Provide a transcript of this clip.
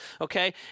Okay